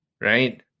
right